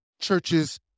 churches